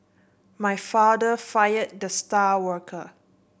my father fired the star worker